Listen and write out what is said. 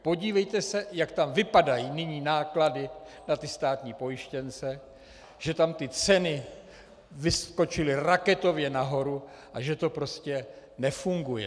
Podívejte se, jak tam vypadají nyní náklady na státní pojištěnce, že tam ceny vyskočily raketově nahoru a že to prostě nefunguje.